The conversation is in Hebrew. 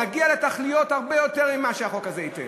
נגיע לתכליות הרבה יותר ממה שהחוק הזה ייתן.